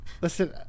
Listen